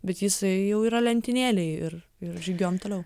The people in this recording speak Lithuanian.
bet jisai jau yra lentynėlėj ir ir žygiuojam toliau